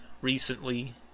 recently